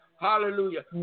hallelujah